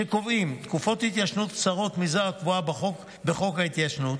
שקובעים תקופות התיישנות קצרות מזו הקבועה בחוק ההתיישנות